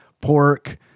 pork